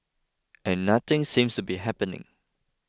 and nothing seems to be happening